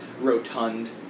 rotund